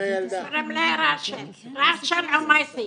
קוראים לה רשל עומסי.